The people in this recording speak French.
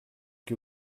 que